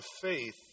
faith